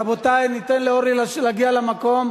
רבותי, ניתן לאורלי להגיע למקום.